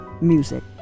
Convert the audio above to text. music